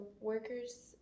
workers